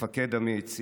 מפקד אמיץ,